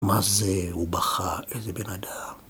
מה זה? הוא בכה. איזה בן אדם.